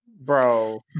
Bro